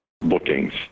bookings